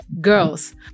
girls